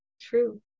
True